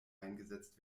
eingesetzt